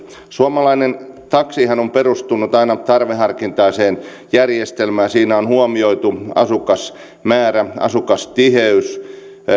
suomalainen taksihan on perustunut aina tarveharkintaiseen järjestelmään siinä on huomioitu asukasmäärä asukastiheys